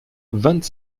vingt